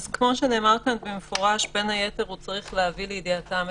היתה אפשרות לבטל את